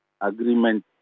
agreement